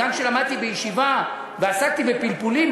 גם כשלמדתי בישיבה ועסקתי בפלפולים,